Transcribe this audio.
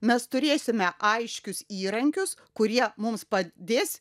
mes turėsime aiškius įrankius kurie mums padės